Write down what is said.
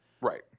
Right